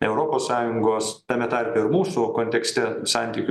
europos sąjungos tame tarpe ir mūsų kontekste santykių